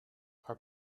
our